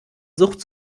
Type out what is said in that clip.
sucht